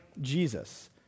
Jesus